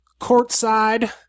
courtside